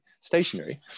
stationary